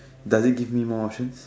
doesn't give me more options